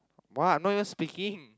!wow! Noah speaking